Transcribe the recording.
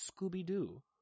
Scooby-Doo